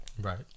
Right